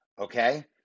Okay